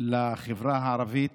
לחברה הערבית